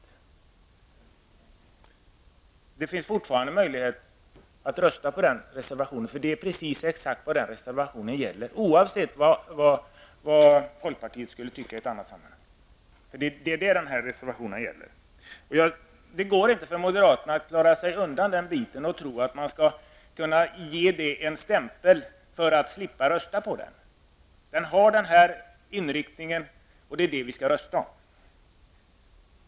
Det finns fortfarande möjlighet att rösta för reservation 23, som handlar om exakt detta, oavsett vad folkpartiet har för åsikter i andra sammanhang. Det går inte för moderaterna att tro att de skall klara sig undan genom att ge reservationen en annan stämpel för att de skall slippa rösta för den. Reservationen har denna inriktning, och det är denna som vi skall rösta om.